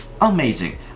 amazing